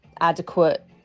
adequate